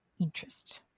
interest